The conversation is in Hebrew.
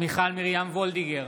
מיכל מרים וולדיגר,